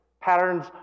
Patterns